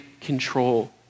control